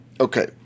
Okay